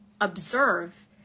observe